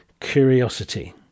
curiosity